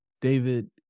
David